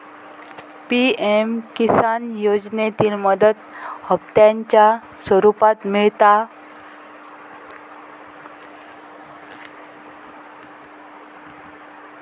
PM Kisan योजनेतली मदत हप्त्यांच्या स्वरुपात मिळता